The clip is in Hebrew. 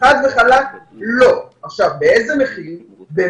על פי החוק, על